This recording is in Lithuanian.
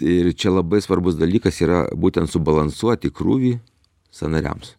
ir čia labai svarbus dalykas yra būtent subalansuoti krūvį sąnariams